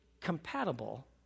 compatible